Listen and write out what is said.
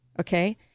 okay